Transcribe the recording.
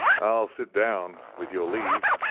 i'll sit down, with your leave,